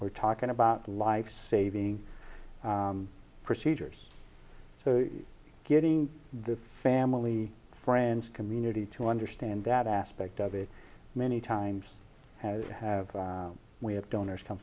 we're talking about life saving procedures so getting the family friends community to understand that aspect of it many times has to have we have donors come